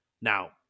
Now